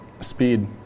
speed